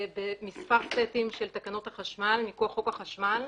במספר סטים של תקנות החשמל מכוח חוק החשמל,